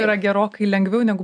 yra gerokai lengviau negu